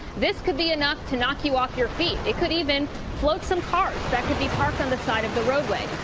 this could be enough to knock you off your feet. could even float some cars, there could be cars on the side of the roadway.